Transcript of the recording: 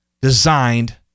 designed